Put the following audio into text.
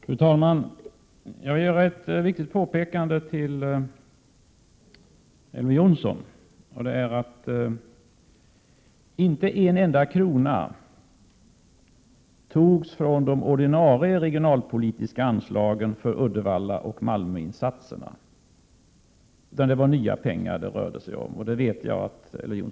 Fru talman! Jag vill göra ett viktigt påpekande för Elver Jonsson. Inte en enda krona togs från de ordinarie regionalpolitiska anslagen till Uddevallaoch Malmö-insatserna. Det rörde sig om nya pengar — det vet jag att också Elver Jonsson känner till.